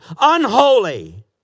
unholy